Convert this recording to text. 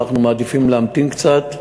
אנחנו מעדיפים להמתין קצת,